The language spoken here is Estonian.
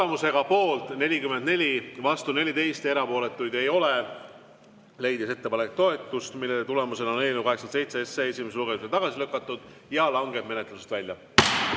Tulemusega poolt 44, vastu 14 ja erapooletuid ei ole, leidis ettepanek toetust. Selle tulemusena on eelnõu 87 esimesel lugemisel tagasi lükatud ja langeb menetlusest välja.